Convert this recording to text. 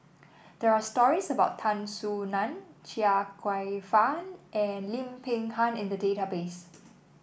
there are stories about Tan Soo Nan Chia Kwek Fah and Lim Peng Han in the database